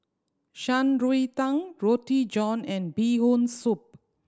Shan Rui Tang Roti John and Bee Hoon Soup